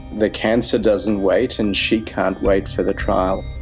the cancer doesn't wait and she can't wait for the trial.